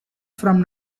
from